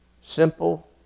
simple